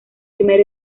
primer